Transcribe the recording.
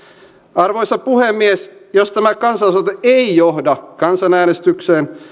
arvoisa puhemies jos tämä kansalaisaloite ei johda kansanäänestykseen